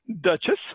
Duchess